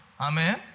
Amen